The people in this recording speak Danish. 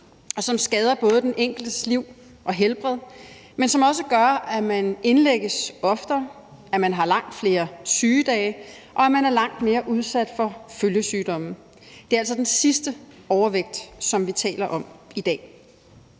og som skader både den enkeltes liv og helbred, men som også gør, at man indlægges oftere, at man har langt flere sygedage, og at man er langt mere udsat for følgesygdomme. Det er altså den sidste form for overvægt, som vi taler om i dag.